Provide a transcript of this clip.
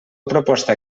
proposta